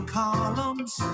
columns